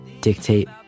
dictate